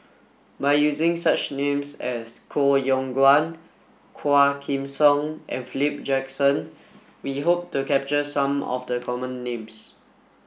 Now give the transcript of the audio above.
by using names such as Koh Yong Guan Quah Kim Song and Philip Jackson we hope to capture some of the common names